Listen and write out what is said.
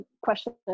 question